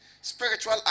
spiritual